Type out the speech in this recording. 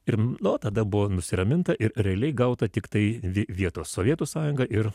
ir nuo tada buvo nusiraminta ir realiai gauta tiktai vietos sovietų sąjunga ir